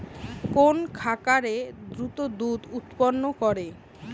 কোন খাকারে দ্রুত দুধ উৎপন্ন করে?